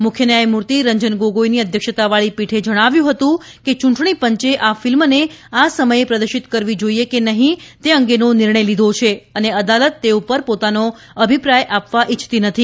મુખ્ય ન્યાયમૂર્તિ રંજન ગોગોઈની અધ્યક્ષતાવાળી પીઠે જણાવ્યું હતું કે યૂંટણી પંચે આ ફિલ્મને આ સમયે પ્રદર્શિત કરવી જાઈએ કે નહીં તે અંગેનો નિર્ણય લીધો છે અને અદાલત તે ઉપર પોતાનો અભિપ્રાય આપવા ઈચ્છતી નથી